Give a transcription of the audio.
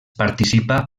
participa